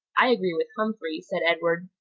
i agree with humphrey, said edward.